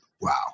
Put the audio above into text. wow